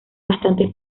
bastantes